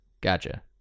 gotcha